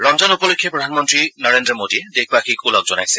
ৰমজান উপলক্ষে প্ৰধানমন্ত্ৰী নৰেন্দ্ৰ মোদীয়ে দেশবাসীক ওলগ জনাইছে